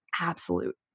absolute